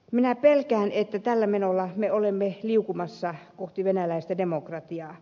minä pelkään että tällä menolla me olemme liukumassa kohti venäläistä demokratiaa